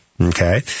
Okay